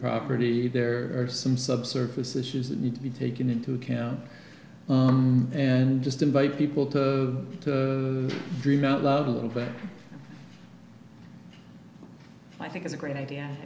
property there are some subsurface issues that need to be taken into account and just invite people to dream out loud a little bit i think is a great idea